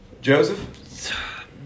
Joseph